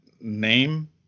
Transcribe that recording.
name